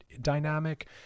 dynamic